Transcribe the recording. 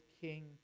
king